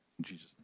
Jesus